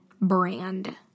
brand